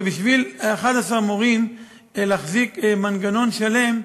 ובשביל 11 מורים להחזיק מנגנון שלם,